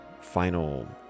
final